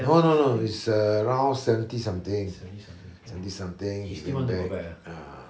no no no he's uh around seventy something seventy something ah